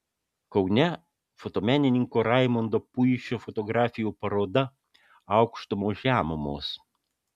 kaune fotomenininko raimondo puišio fotografijų paroda aukštumos žemumos